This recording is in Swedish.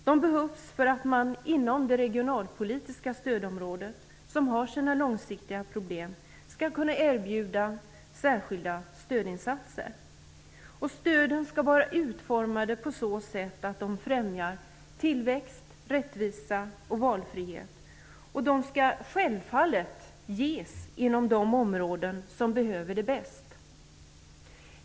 De behövs för att man inom det regionalpolitiska stödområdet, som har sina långsiktiga problem, skall kunna erbjuda särskilda stödinsatser. Stöden skall vara utformade på så sätt att de främjar tillväxt, rättvisa och valfrihet och de skall självfallet ges inom de områden som behöver det bäst.